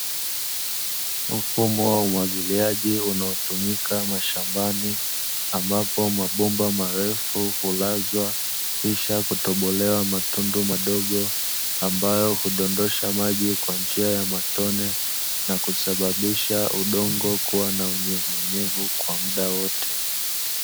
Mfumo wa umwagiliaji unaotumika mashambani ambapo mabomba marefu hulazwa kisha kutobolewa matundu madogo, ambayo hudondosha maji kwa njia ya matone na kusababisha udongo kuwa na unyevunyevu kwa muda wote.